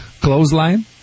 clothesline